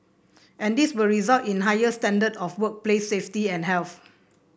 and this will result in a higher standard of workplace safety and health